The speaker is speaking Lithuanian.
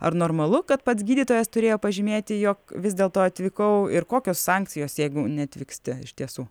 ar normalu kad pats gydytojas turėjo pažymėti jog vis dėlto atvykau ir kokios sankcijos jeigu neatvyksti iš tiesų